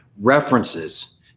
references